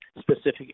specific